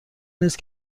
نیست